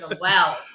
Wow